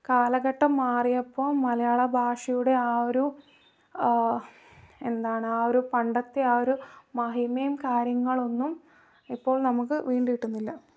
കാലഘട്ടം മാറിയപ്പോൾ മലയാള ഭാഷയുടെ ആ ഒരു എന്താണ് ആ ഒരു പണ്ടത്തെ ആ ഒരു മഹിമയും കാര്യങ്ങളൊന്നും ഇപ്പോൾ നമുക്ക് വീണ്ടു കിട്ടുന്നില്ല